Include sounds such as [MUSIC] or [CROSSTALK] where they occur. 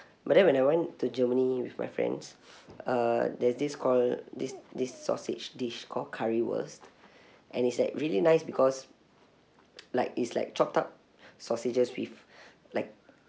but then when I went to germany with my friends [BREATH] uh there's this called this this sausage dish called currywurst [BREATH] and it's like really nice because like it's like chopped up [BREATH] sausages with [BREATH] like